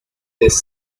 test